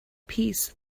peace